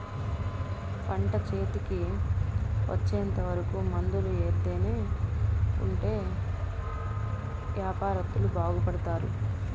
పంట చేతికి వచ్చేంత వరకు మందులు ఎత్తానే ఉంటే యాపారత్తులు బాగుపడుతారు